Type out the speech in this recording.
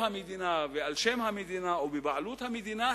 המדינה ועל שם המדינה או בבעלות המדינה,